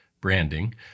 branding